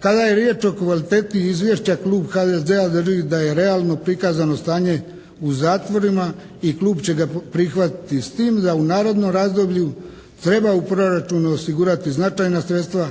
Kada je riječ o kvaliteti izvješća, klub HDZ-a drži da je realno prikazano stanje u zatvorima i klub će ga prihvatiti, s tim da u narednom razdoblju treba u proračunu osigurati značajna sredstva